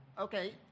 Okay